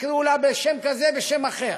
יקראו לה בשם כזה או בשם אחר.